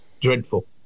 dreadful